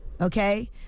okay